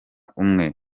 umwe